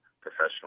professional